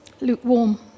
Lukewarm